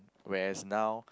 whereas now